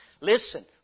listen